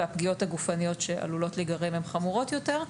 והפגיעות הגופניות שעלולות להיגרם הן חמורות יותר.